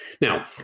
Now